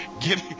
Get